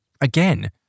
again